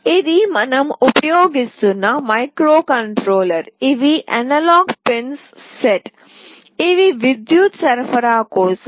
ఇది మనం ఉపయోగిస్తున్న మైక్రోకంట్రోలర్ ఇవి అనలాగ్ పిన్స్ సెట్ ఇవి విద్యుత్ సరఫరా కోసం